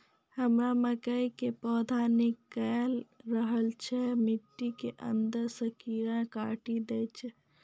हमरा मकई के पौधा निकैल रहल छै मिट्टी के अंदरे से कीड़ा काटी दै छै?